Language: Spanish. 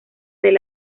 del